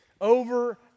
over